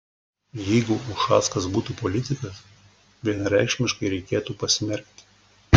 jeigu ušackas būtų politikas vienareikšmiškai reikėtų pasmerkti